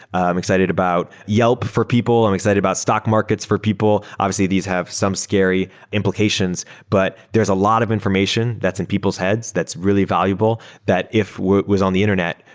i'm excited about yelp for people. i'm excited about stock markets for people. obviously, these have some scary implications. but there is a lot of information that's in people's heads that's really valuable, that if it was on the internet,